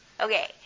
Okay